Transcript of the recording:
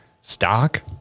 stock